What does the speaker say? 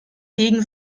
gegen